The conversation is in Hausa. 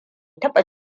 taba